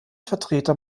vertreter